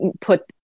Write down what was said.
put